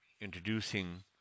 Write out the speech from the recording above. introducing